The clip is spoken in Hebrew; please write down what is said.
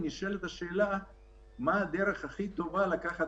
וכאן נשאלת השאלה מה הדרך הכי טובה לקחת